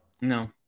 no